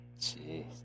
Jeez